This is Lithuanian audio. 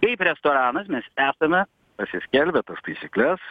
kaip restoranas mes esame pasiskelbę tas taisykles